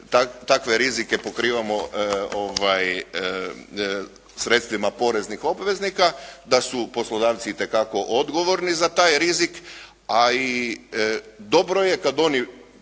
takve rizike pokrivamo sredstvima poreznih obveznika, da su poslodavci itekako odgovorni za taj rizik, a i dobro je kad oni